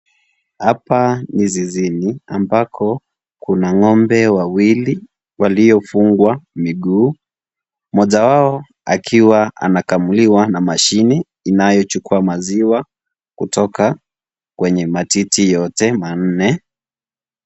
Hapa na zizini ambako kuna ngombe wawili walio fungwa miguu ambako mmoja wao akiwa anakamuliwa na mashine inayo chukua maziwa kutoka kwenye matiti yote manne.